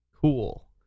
Cool